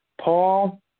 Paul